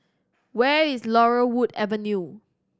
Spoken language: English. where is Laurel Wood Avenue